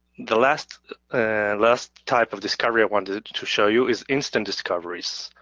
the last last type of discovery i wanted to show you is instant discoveries.